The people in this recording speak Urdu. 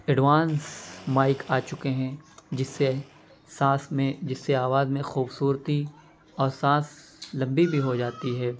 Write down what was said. ایڈوانس مائیک آ چکے ہیں جس سے سانس میں جس سے آواز میں خوبصورتی اور سانس لمبی بھی ہوجاتی ہے